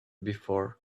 before